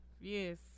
Yes